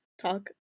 talk